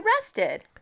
arrested